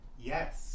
Yes